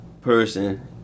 person